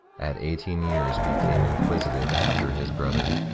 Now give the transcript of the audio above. at eighteen years became inquisitive after his brother,